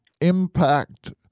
impact